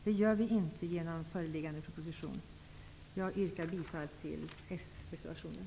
Det görs inte i föreliggande proposition. Jag yrkar bifall till s-reservationen.